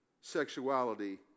sexuality